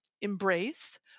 embrace